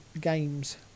games